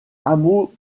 hameau